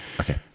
Okay